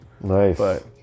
Nice